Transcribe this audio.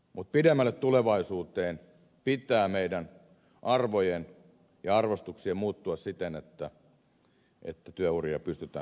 mutta pidemmälle tulevaisuuteen pitää meidän arvojemme ja arvostuksiemme muuttua siten että työuria pystytään pidentämään